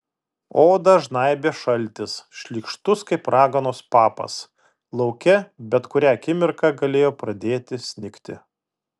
odą žnaibė šaltis šlykštus kaip raganos papas lauke bet kurią akimirką galėjo pradėti snigti